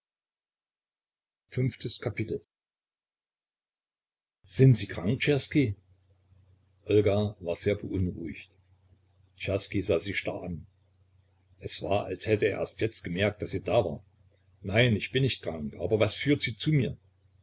v sind sie krank czerski olga war sehr beunruhigt czerski sah sie starr an es war als hätte er jetzt erst gemerkt daß sie da war nein ich bin nicht krank aber was führt sie zu mir